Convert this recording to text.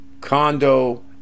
Condo